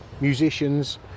musicians